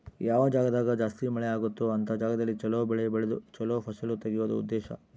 ಯಾವ ಜಾಗ್ದಾಗ ಜಾಸ್ತಿ ಮಳೆ ಅಗುತ್ತೊ ಅಂತ ಜಾಗದಲ್ಲಿ ಚೊಲೊ ಬೆಳೆ ಬೆಳ್ದು ಚೊಲೊ ಫಸಲು ತೆಗಿಯೋದು ಉದ್ದೇಶ